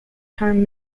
term